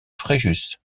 fréjus